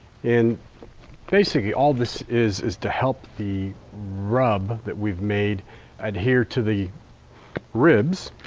and basically all this is, is to help the rub that we've made adhere to the ribs.